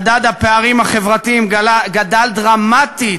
מדד הפערים החברתיים, גדל דרמטית